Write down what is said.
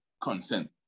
consent